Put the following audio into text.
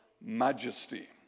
majesty